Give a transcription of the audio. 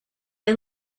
you